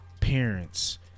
parents